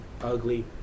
ugly